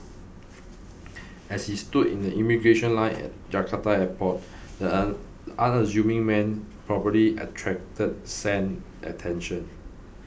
as he stood in the immigration line at Jakarta airport the unassuming man probably attracted scant attention